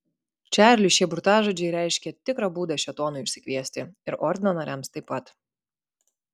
čarliui šie burtažodžiai reiškė tikrą būdą šėtonui išsikviesti ir ordino nariams taip pat